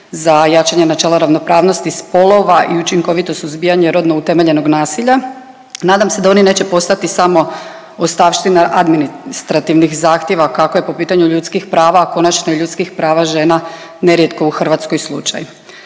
za jačanje načela ravnopravnosti spolova i učinkovito suzbijanje rodno utemeljenog nasilja. Nadam se da oni neće postati samo ostavština administrativnih zahtjeva kako je po pitanju ljudskih prava konačno i ljudskih prava žena nerijetko u Hrvatskoj slučaj.